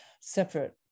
separate